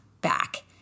back